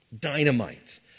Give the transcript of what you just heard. dynamite